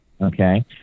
Okay